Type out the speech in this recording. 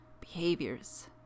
behaviors